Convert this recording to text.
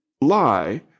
lie